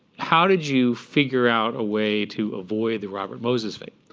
how did you figure out a way to avoid the robert moses fate?